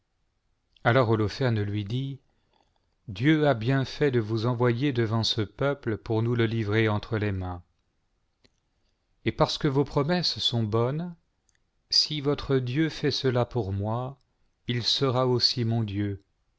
alors holoferne lui dit dieu a bien fait de vous envoyer devant ce peuple pour nous le livrer entre les mains et parce que vos promesses sont bonnes si votre dieu fait cela pour moi il sera aussi mon dieu